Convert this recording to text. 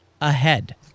ahead